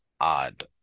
odd